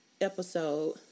episode